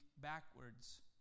backwards